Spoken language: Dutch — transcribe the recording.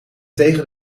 tegen